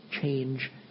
change